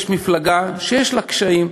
יש מפלגה שיש לה קשיים,